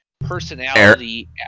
personality